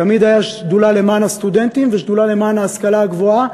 תמיד הייתה שדולה למען הסטודנטים ושדולה למען ההשכלה הגבוהה,